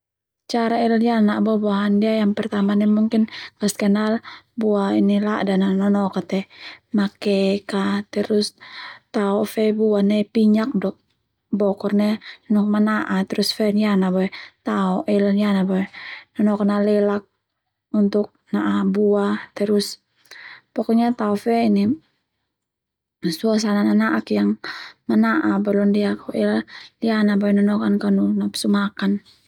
Cara ela liana na'a buah buahan ndia yang pertama ndia mungkin kaskenal nana'ak buah la'dan nanoka te makek a, terus tao fe buah nai pinyak do bokor ndia mana'a terus fe liana boe tao ela liana boe tao ela liana boe nanoka nalelak untuk na'a buah terus pokoknya tao fe suasana nana'ak yang mana'a boe londiak ela liana boe kanu napsu makan.